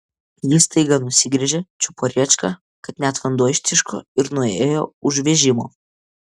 ji staiga nusigręžė čiupo rėčką kad net vanduo ištiško ir nuėjo už vežimo